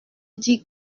dit